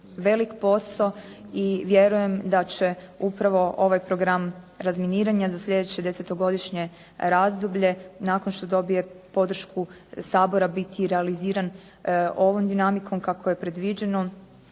velik posao i vjerujem da će upravo ovaj program razminiranja za slijedeće desetogodišnje razdoblje, nakon što dobije podršku Sabora biti i realiziran ovom dinamikom kako je predviđeno